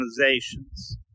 organizations